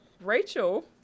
Rachel